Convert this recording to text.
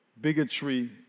bigotry